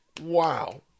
Wow